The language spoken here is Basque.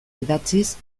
idatziz